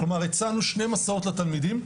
כלומר, הצענו שני מסעות לתלמידים,